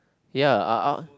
ya uh I'll